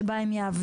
שבה הם יעבדו,